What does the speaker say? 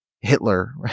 Hitler